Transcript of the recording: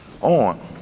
on